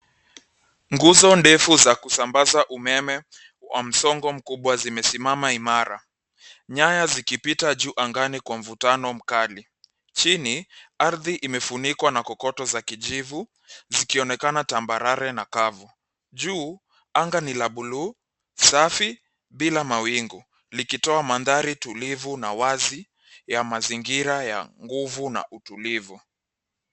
Nguzo ndefu za kusambaza umeme wa msongo mkubwa zimesimamama imara; nyaya zikipita juu angani kwa mvutano mkali. Chini ardhi imefunikwa na kokoto za kijivu zikionekana tambarare na kavu. Juu anga ni la buluu safi bila mawingu likitoa mandhari tulivu na wazi ya mazingira ya nguvu na utulivu.